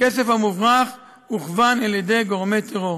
הכסף המוברח הוכוון על-ידי גורמי טרור.